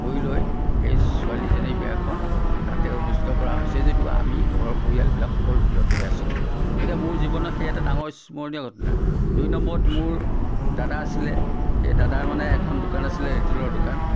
কৰি লৈ সেই ছোৱালীজনীৰ বিয়াখন তাতে অনুষ্ঠিত ক'ৰা হৈছে যদিও আমি ঘৰৰ পৰিয়ালবিলাক সকলো বিৰত হৈ আছিলোঁ গতিকে মোৰ জীৱনৰ সেই এটা ডাঙৰ স্মৰণীয় ঘটনা দুই নম্বৰত মোৰ দাদা আছিলে সেই দাদাৰ মানে এখন দোকান আছিলে ৰিটেইলৰ দোকান